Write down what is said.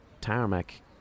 tarmac